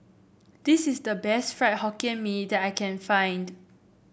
this is the best Fried Hokkien Mee that I can find